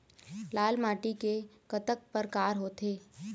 लाल माटी के कतक परकार होथे?